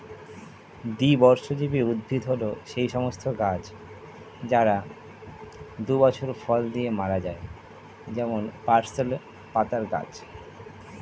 দ্বিবর্ষজীবী উদ্ভিদ হল সেই সমস্ত গাছ যারা দুই বছর ফল দিয়ে মরে যায় যেমন পার্সলে পাতার গাছ